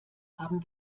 haben